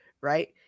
right